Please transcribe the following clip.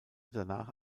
danach